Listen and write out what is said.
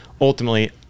ultimately